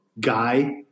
guy